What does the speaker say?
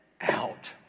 out